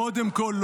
קודם כול,